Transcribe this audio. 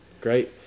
great